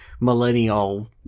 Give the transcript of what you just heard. millennial